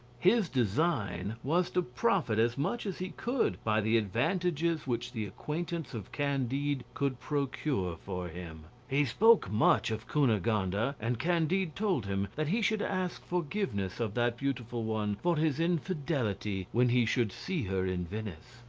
his design was to profit as much as he could by the advantages which the acquaintance of candide could procure for him. he spoke much of cunegonde, and and candide told him that he should ask forgiveness of that beautiful one for his infidelity when he should see her in venice.